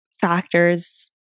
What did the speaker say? factors